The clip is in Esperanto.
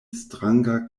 stranga